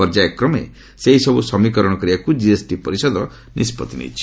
ପର୍ଯ୍ୟାୟ କ୍ରମେ ସେସବୁର ସମୀକରଣ କରିବାକୁ ଜିଏସଟି ପରିଷଦ ନିଷ୍ପଭି ନେଇଛି